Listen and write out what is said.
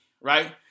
right